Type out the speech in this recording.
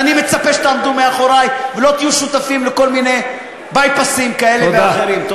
ואני מצפה שתעמדו מאחורי ולא תהיו שותפים לכל מיני bypass כאלה ואחרים.